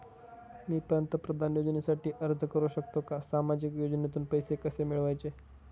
मी पंतप्रधान योजनेसाठी अर्ज करु शकतो का? सामाजिक योजनेतून पैसे कसे मिळवायचे